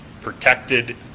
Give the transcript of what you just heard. protected